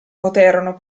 poterono